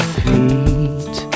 feet